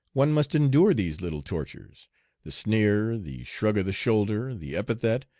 one must endure these little tortures the sneer, the shrug of the shoulder, the epithet,